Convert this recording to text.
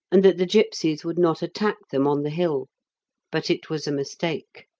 and that the gipsies would not attack them on the hill but it was a mistake.